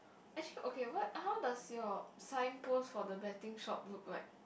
actually okay what how does your sign post for the betting shop look like